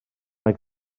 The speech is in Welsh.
mae